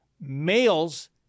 males